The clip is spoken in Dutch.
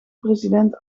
president